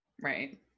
Right